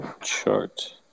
chart